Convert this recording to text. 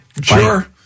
Sure